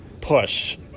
push